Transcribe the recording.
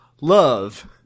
love